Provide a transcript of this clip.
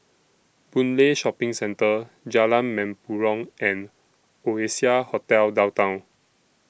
Boon Lay Shopping Centre Jalan Mempurong and Oasia Hotel Downtown